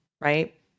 right